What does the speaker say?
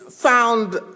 found